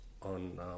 on